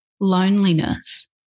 loneliness